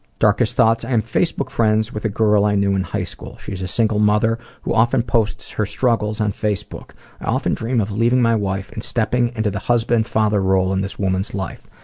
darkest thoughts? i am facebook friends with a girl i knew in high school. she is a single mother who often posts her struggles on facebook. i often dream of leaving my wife and stepping into the husband father role in this woman's life.